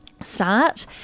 start